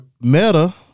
Meta